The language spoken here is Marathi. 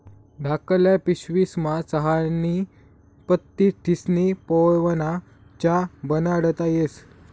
धाकल्ल्या पिशवीस्मा चहानी पत्ती ठिस्नी पेवाना च्या बनाडता येस